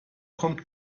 kommt